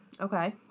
Okay